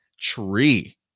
tree